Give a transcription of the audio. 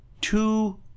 two